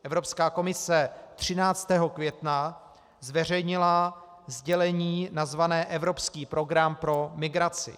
Evropská komise 13. května zveřejnila sdělení nazvané Evropský program pro migraci.